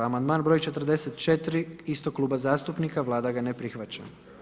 Amandman broj 44 istog kluba zastupnika, Vlada ga ne prihvaća.